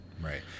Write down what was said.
Right